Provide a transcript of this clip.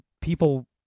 People